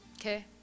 Okay